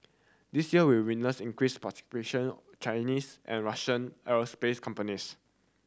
this year will witness increase participation Chinese and Russian aerospace companies